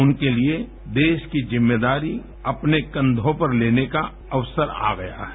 उनके लिए देश की ज़िम्मेदारी अपने कन्यों पर लेने का अवसर आ गया है